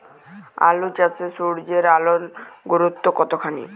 আলু চাষে সূর্যের আলোর গুরুত্ব কতখানি?